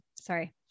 Sorry